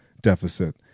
deficit